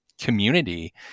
community